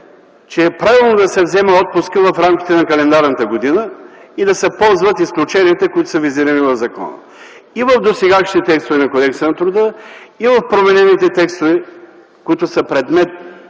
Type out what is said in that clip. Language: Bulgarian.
че е правилно да се вземе отпускът в рамките на календарната година и да се ползват изключенията, които са визирани в закона. И в досегашните текстове на Кодекса на труда, и в променените текстове, които са предмет